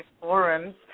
forums